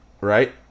right